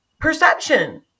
perception